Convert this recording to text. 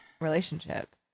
relationship